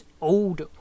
old